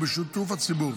ובשיתוף הציבור,